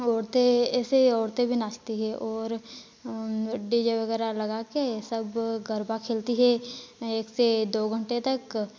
औरतें ऐसे औरतें भी नाचती हैं और डी जे वगैरह लगा कर सब गरबा खेलती हैं एक से दो घंटे तक